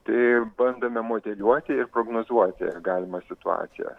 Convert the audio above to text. tai bandome modeliuoti ir prognozuoti galimą situaciją